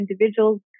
individuals